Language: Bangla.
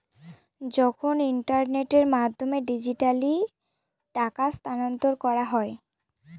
যখন ইন্টারনেটের মাধ্যমে ডিজিট্যালি টাকা স্থানান্তর করা হয়